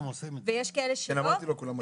ויש כאלה שלא,